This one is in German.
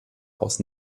aus